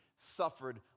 suffered